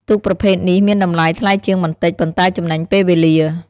ទូកប្រភេទនេះមានតម្លៃថ្លៃជាងបន្តិច ប៉ុន្តែចំណេញពេលវេលា។